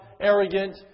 arrogant